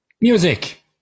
Music